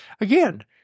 Again